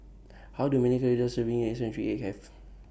How Do Many Calories Does A Serving of Century Egg Have